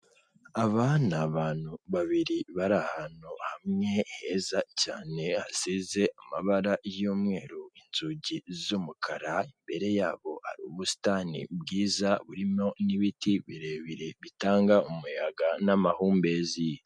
Aba ni abantu babiri bari ahantu hamwe heza cyane hasize amabara y'umweru inzugi z'umukara, imbere yabo ubusitani bwiza burimo n'ibiti birebire bitanga umuyaga n'amahumbezi.